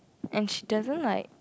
and she doesn't like